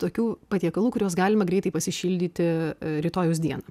tokių patiekalų kuriuos galima greitai pasišildyti rytojaus dieną